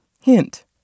Hint